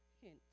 hint